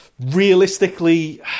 realistically